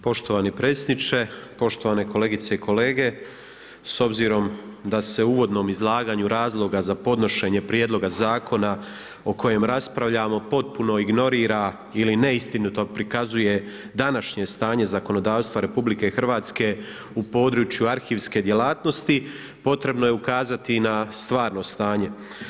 Poštovani predsjedniče, poštovane kolegice i kolege s obzirom da se u uvodnom izlaganju razloga za podnošenje Prijedloga zakona o kojem raspravljamo potpuno ignorira ili neistinito prikazuje današnje stanje zakonodavstva Republike Hrvatske u području arhivske djelatnosti potrebno je ukazati i na stvarno stanje.